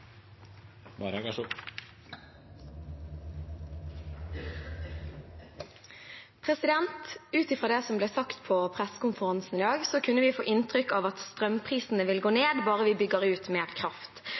Ut fra det som ble sagt på pressekonferansen i dag, kunne vi få inntrykk av at strømprisene vil gå